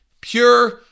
pure